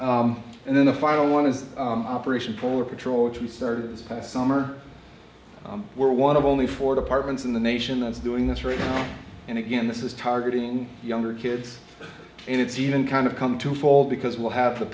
lot and then the final one is operation poor patrol which we started this past summer we're one of only four departments in the nation that's doing this right now and again this is targeting younger kids and it's even kind of come to fall because what have the